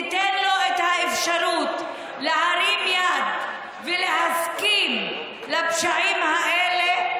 תיתן לו את האפשרות להרים יד ולהסכים לפשעים האלה,